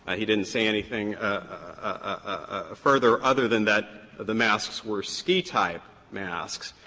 he didn't say anything ah further other than that the masks were ski-type masks.